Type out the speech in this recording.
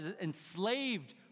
enslaved